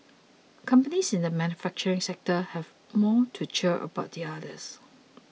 companies in the manufacturing sector have more to cheer about than others